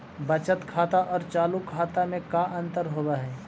बचत खाता और चालु खाता में का अंतर होव हइ?